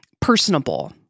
personable